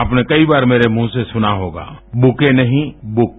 आपने कई बार मेरे मुंह से सुना होगा कि बुके नहीं बुक